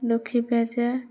লক্ষ্মী পেঁচা